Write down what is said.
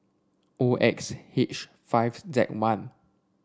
O X H five Z one